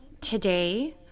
today